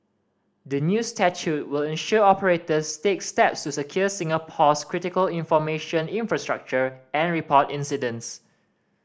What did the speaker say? the new statute will ensure operators stake steps to secure Singapore's critical information infrastructure and report incidents